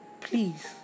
Please